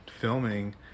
filming